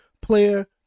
player